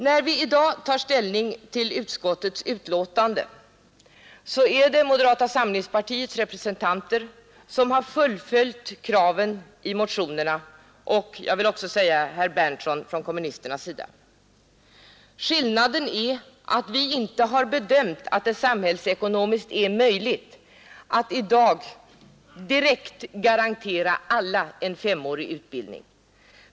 När riksdagen nu skall ta ställning till utskottets betänkande är det moderata samlingspartiets representanter som fullföljt kraven i motionerna och — jag vill också säga det — herr Berndtson från kommunisternas sida. Skillnaden är att vi inte bedömt att det nationalekonomiskt är möjligt att i dag direkt garantera alla en femårig utbildning.